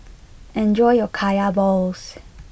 enjoy your Kaya Balls